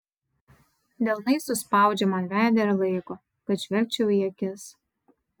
delnais suspaudžia man veidą ir laiko kad žvelgčiau į akis